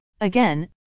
Again